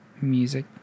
music